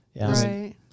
right